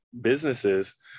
businesses